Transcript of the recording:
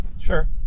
sure